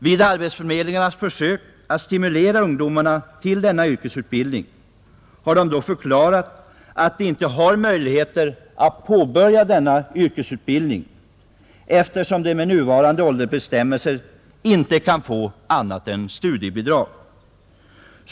Vid arbetsförmedlingarnas försök att stimulera ungdomarna till yrkesutbildning har dessa förklarat att de inte har möjlighet att påbörja yrkesutbildning, eftersom de med nuvarande åldersbestämmelser inte kan få annat än studiebidrag.